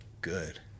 good